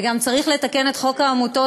וגם צריך לתקן את חוק העמותות,